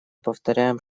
повторяем